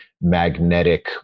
magnetic